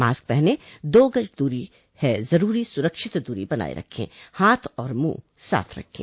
mask पहनें दो गज दूरी है जरूरी सुरक्षित दूरी बनाए रखें हाथ और मुंह साफ रखें